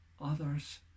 others